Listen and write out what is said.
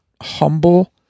humble